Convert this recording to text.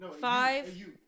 Five